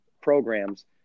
programs